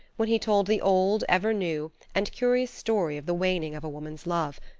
when he told the old, ever new and curious story of the waning of a woman's love,